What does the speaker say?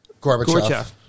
Gorbachev